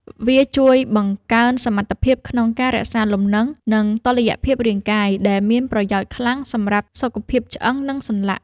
វាជួយបង្កើនសមត្ថភាពក្នុងការរក្សាលំនឹង និងតុល្យភាពរាងកាយ ដែលមានប្រយោជន៍ខ្លាំងសម្រាប់សុខភាពឆ្អឹង និងសន្លាក់។